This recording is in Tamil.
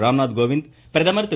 ராம்நாத் கோவிந்த் பிரதமர் திரு